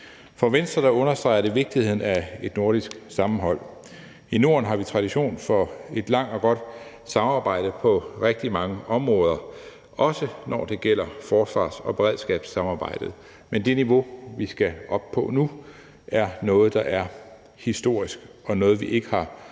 For Venstre understreger det vigtigheden af et nordisk sammenhold. I Norden har vi tradition for et langt og godt samarbejde på rigtig mange områder, også når det gælder forsvars- og beredskabssamarbejdet. Men det niveau, som vi skal op på nu, er noget, der er historisk, og noget, vi ikke har oplevet